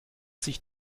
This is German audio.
sich